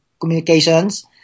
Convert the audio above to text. communications